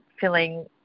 feeling